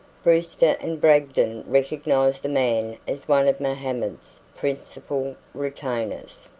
brewster and bragdon recognized the man as one of mohammed's principal retainers,